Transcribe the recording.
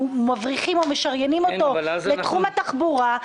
מבריחים או משריינים אותו לתחום התחבורה,